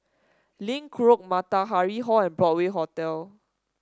Link Road Matahari Hall and Broadway Hotel